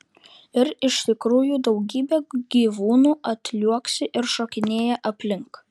ir iš tikrųjų daugybė gyvūnų atliuoksi ir šokinėja aplink